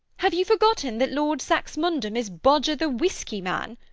have you forgotten that lord saxmundham is bodger the whisky man?